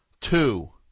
Two